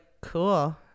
Cool